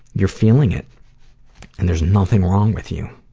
you're feeling it and there's nothing wrong with you.